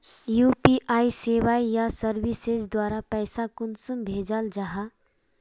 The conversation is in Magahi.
यु.पी.आई सेवाएँ या सर्विसेज द्वारा पैसा कुंसम भेजाल जाहा?